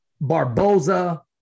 Barboza